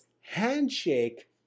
Handshake